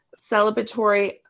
celebratory